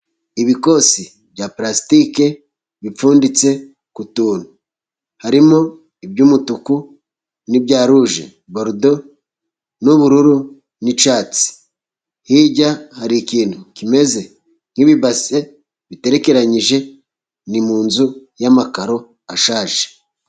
Ibikosi bya parasitike bipfunditse ku tuntu, harimo iby'umutuku n'ibya ruje borudo n'ubururu, n'icyatsi. Hirya hari ikintu kimeze nk'ibibase biterekeranyije, ni mu nzu y'amakaro ashaje.